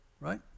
Right